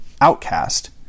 outcast